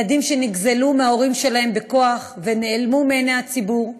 ילדים שנגזלו מההורים שלהם בכוח ונעלמו מעיני הציבור.